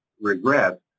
regret